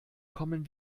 kommen